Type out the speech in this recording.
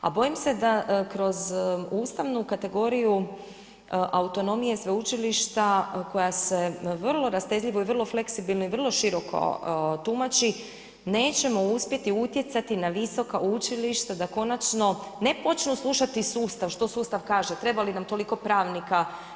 A bojim se da kroz ustavnu kategorija, autonomiju sveučilišta koja se vrlo rastezljivo i vrlo fleksibilni i vrlo široko tumači, nećemo uspjeti utjecati na visoka učilišta da konačno ne počnu slušati sustav, što sustav kaže, treba li nam toliko pravnika.